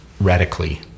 radically